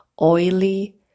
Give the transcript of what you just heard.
oily